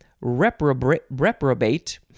reprobate